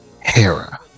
Hera